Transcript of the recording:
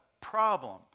problem